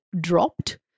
dropped